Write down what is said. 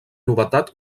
novetat